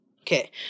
Okay